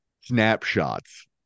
snapshots